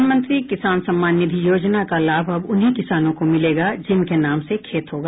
प्रधानमंत्री किसान सम्मान निधि योजना का लाभ अब उन्हीं किसानों को मिलेगा जिनके नाम से खेत होगा